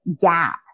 gap